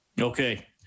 Okay